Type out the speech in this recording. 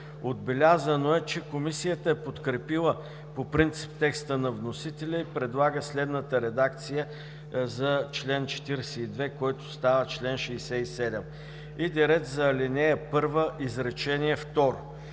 Отбелязано е, че Комисията е подкрепила по принцип текста на вносителя и предлага редакция за чл. 42, който става чл. 67. Иде реч за ал. 1, изречение